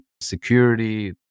security